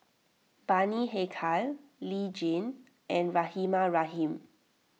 Bani Haykal Lee Tjin and Rahimah Rahim